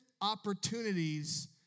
opportunities